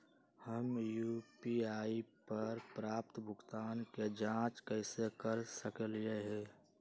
हम यू.पी.आई पर प्राप्त भुगतान के जाँच कैसे कर सकली ह?